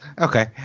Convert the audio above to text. Okay